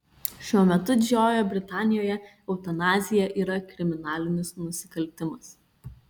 šiuo metu didžiojoje britanijoje eutanazija yra kriminalinis nusikaltimas